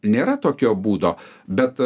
nėra tokio būdo bet